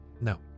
No